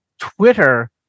Twitter